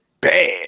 bad